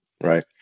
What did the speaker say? Right